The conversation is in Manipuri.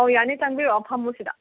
ꯑꯧ ꯌꯥꯅꯤ ꯆꯪꯕꯤꯔꯛꯑꯣ ꯐꯝꯃꯣ ꯁꯤꯗꯥ